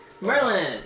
Merlin